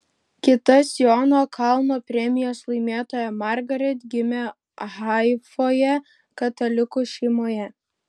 kita siono kalno premijos laimėtoja margaret gimė haifoje katalikų šeimoje